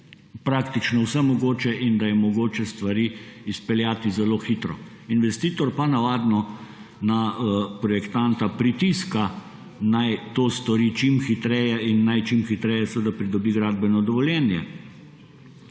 praktično vse mogoče in da je mogoče stvari izpeljati zelo hitro. Investitor pa navadno na projektanta pritiska, naj to stori čim hitreje in naj čim hitreje seveda pridobi gradbeno dovoljenje.